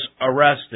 arrested